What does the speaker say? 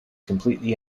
completely